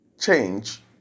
change